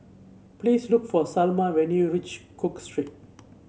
please look for Salma when you reach Cook Street